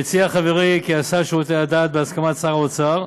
חברי מציע כי השר לשירותי הדת, בהסכמת שר האוצר,